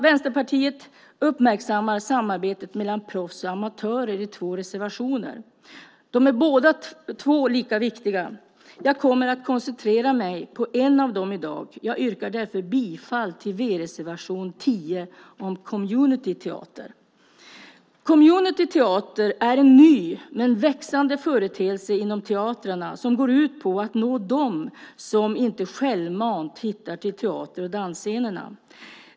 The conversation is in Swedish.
Vänsterpartiet uppmärksammar samarbetet mellan proffs och amatörer i två reservationer. De är lika viktiga båda två. Jag koncentrerar mig på en av dem i dag. Jag yrkar bifall till v-reservation 10 om communityteater. Communityteater är en ny men växande företeelse inom teatrarna som går ut på att nå dem som inte självmant hittar till teater och dansscenerna.